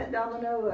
Domino